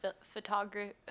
photography